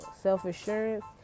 self-assurance